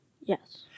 Yes